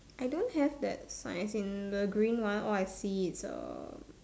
I don't have that sign as in the green one all I see is err